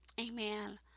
Amen